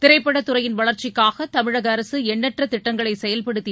திரைப்படத்துறையின் வளர்ச்சிக்காக தமிழக அரசு எண்ணற்ற திட்டங்களைச் செயல்படுத்தி